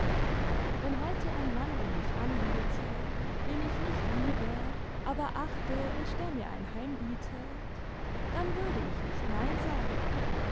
wenn heute ein mann um mich anhielte den ich nicht liebe aber achte und der mir ein heim bietet dann würde ich nicht nein sagen